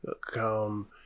Come